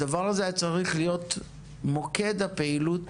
העסקים הקטנים היו צריכים להיות מוקד הפעילות